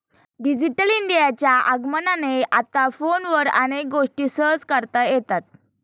digital इंडियाच्या आगमनाने आता फोनवर अनेक गोष्टी सहज करता येतात